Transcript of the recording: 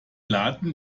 laden